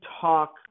talk